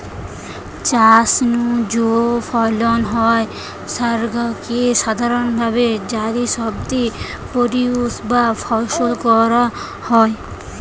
চাষ নু যৌ ফলন হয় স্যাগা কে সাধারণভাবি বাজারি শব্দে প্রোডিউস বা ফসল কয়া হয়